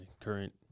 current